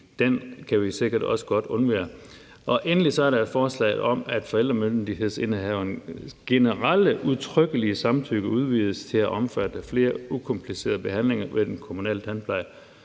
Den kan vi sikkert også godt undvære. Endelig er der forslaget om, at forældremyndighedsindehaverens generelle udtrykkelige samtykke udvides til at omfatte flere ukomplicerede behandlinger ved den kommunale tandpleje.